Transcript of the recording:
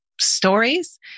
stories